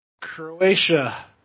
Croatia